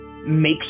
Make